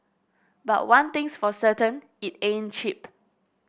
but one thing's for certain it ain't cheap